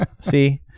See